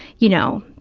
you know,